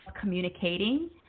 communicating